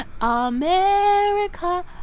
America